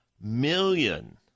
million